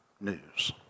news